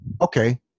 Okay